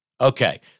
Okay